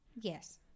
Yes